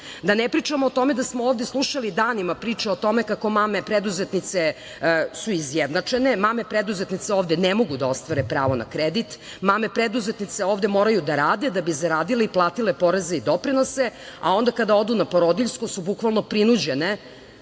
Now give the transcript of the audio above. ne pričamo o tome da smo ovde slušali danima priče o tome kako mame preduzetnice su izjednačene, mame preduzetnice ovde ne mogu da ostvare pravo na kredit, mame preduzetnice ovde moraju da rade da bi zaradili i platile poreze i doprinose, a onda kada odu na porodiljsko su bukvalno prinuđene